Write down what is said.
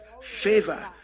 favor